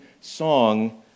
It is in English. song